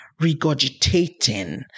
regurgitating